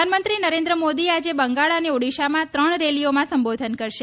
પ્રધાનમંત્રી નરેન્દ્રમોદી આજે બંગાળ અને ઓડિશામાં ત્રણ રેલીઓમાં સંબોધન કરશે